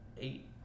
eight